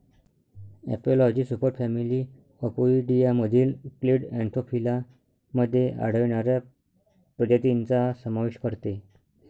एपिलॉजी सुपरफॅमिली अपोइडियामधील clade anthophila मध्ये आढळणाऱ्या प्रजातींचा समावेश करते